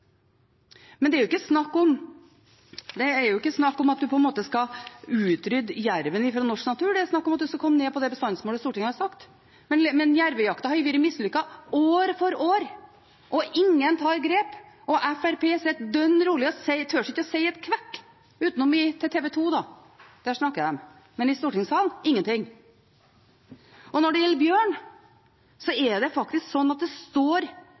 Det er ikke snakk om at man skal utrydde jerven fra norsk natur; det er snakk om at man skal komme ned på det bestandsmålet Stortinget har satt. Men jervejakta har vært mislykket år etter år. Ingen tar grep, og Fremskrittspartiet sitter dønn rolig og tør ikke å si et kvekk – utenom til TV 2, da, der snakker de, men i stortingssalen – ingenting. Når det gjelder bjørn, er det slik at det står